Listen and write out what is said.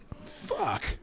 Fuck